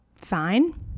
Fine